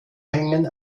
hängen